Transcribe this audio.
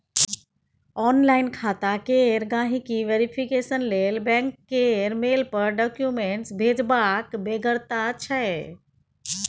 online खाता केर गांहिकी वेरिफिकेशन लेल बैंक केर मेल पर डाक्यूमेंट्स भेजबाक बेगरता छै